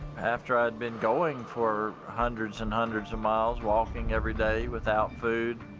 after i'd been going for hundreds and hundreds of miles, walking every day without food,